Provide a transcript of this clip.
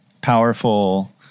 powerful